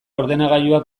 ordenagailua